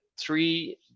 three